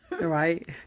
Right